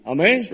Amen